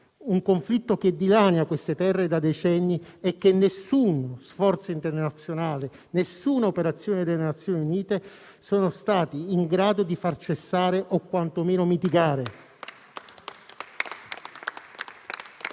Un conflitto che dilania queste terre da decenni e che nessuno sforzo internazionale, nessuna operazione delle Nazioni Unite sono stati in grado di far cessare o quanto meno mitigare.